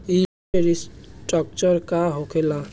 ई loan restructure का होखे ला?